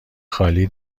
خالی